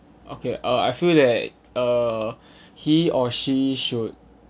okay uh I feel that uh he or she should